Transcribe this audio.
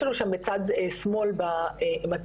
יש לנו שם בצד שמאל במצגת,